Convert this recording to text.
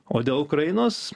o dėl ukrainos